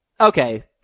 Okay